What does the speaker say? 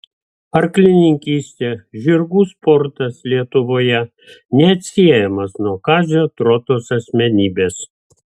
arklininkystė žirgų sportas lietuvoje neatsiejamas nuo kazio trotos asmenybės